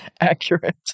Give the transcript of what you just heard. accurate